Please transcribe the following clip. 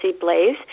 Blaze